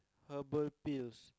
herbal pills